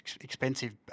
expensive